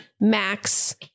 max